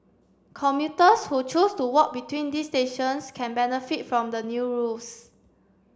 commuters who choose to walk between these stations can benefit from the new rules